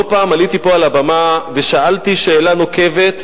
לא פעם עליתי פה על הבמה ושאלתי שאלה נוקבת,